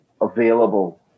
available